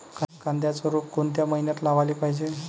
कांद्याचं रोप कोनच्या मइन्यात लावाले पायजे?